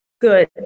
good